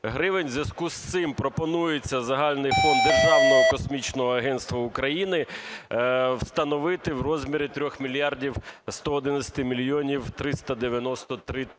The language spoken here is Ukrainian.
У зв'язку з цим пропонується загальний фонд Державного космічного агентства України встановити в розмірі 3 мільярди 111 мільйонів 393 тисячі